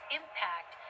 impact